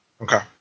Okay